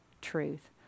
Truth